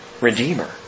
Redeemer